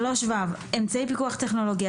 אישור אמצעי פיקוח טכנולוגי3ו.